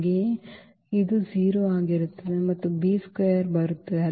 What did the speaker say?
ಹಾಗೆಯೇ ಇದು 0 ಆಗಿರುತ್ತದೆ ಮತ್ತು b ಸ್ಕ್ವೇರ್ ಬರುತ್ತದೆ